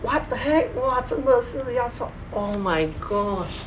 what the heck !wah! 真的是要 swa~ oh my gosh